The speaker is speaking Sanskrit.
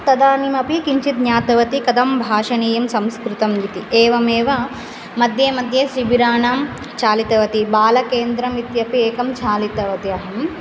तदानीमपि किञ्चिद् ज्ञातवती कथं भाषणीयं संस्कृतम् इति एवमेव मद्ये मद्ये शिबिराणां चालितवती बालकेन्द्रम् इत्यपि एकं चालितवती अहं